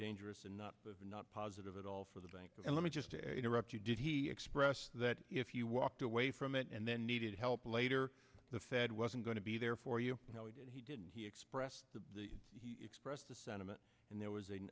dangerous and not not positive at all for the bank and let me just interrupt you did he express that if you walked away from it and then needed help later the fed wasn't going to be there for you and he did and he expressed the expressed the sentiment and there was a